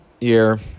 Year